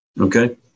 Okay